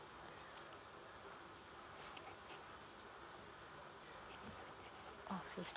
oh fifteen